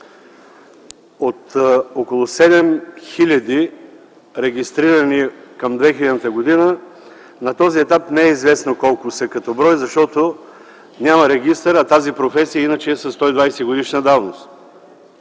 от около 7 хил. регистрирани към 2000 г., на този етап не е известно колко са като брой, защото няма регистър, а тази професия иначе е със 120-годишна история.